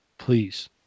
Please